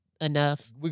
enough